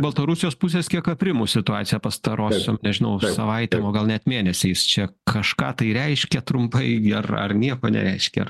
baltarusijos pusės kiek aprimo situacija pastarosiom nežinau savaitėm gal net mėnesiais čia kažką tai reiškia trumpai ger ar nieko nereiškia ar